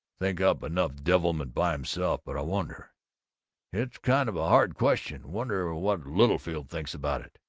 think up enough devilment by himself. but i wonder it's kind of a hard question. wonder what littlefield thinks about it?